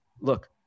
look